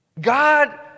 God